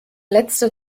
letzte